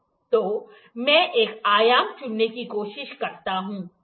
तो मैं एक आयाम चुनने की कोशिश करता हूँ ठीक है